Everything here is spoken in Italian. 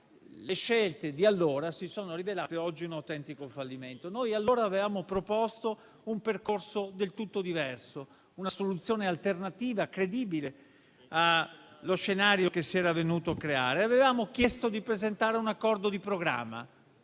le scelte di allora oggi si sono rivelate un autentico fallimento. Noi allora avevamo proposto un percorso del tutto diverso, una soluzione alternativa e credibile rispetto allo scenario che si era venuto a creare. Avevamo chiesto di presentare un accordo di programma